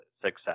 success